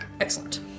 Excellent